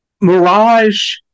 Mirage